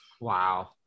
Wow